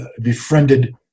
befriended